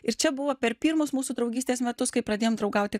ir čia buvo per pirmus mūsų draugystės metus kai pradėjom draugauti